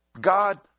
god